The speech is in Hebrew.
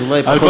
אז אולי בכל,